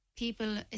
People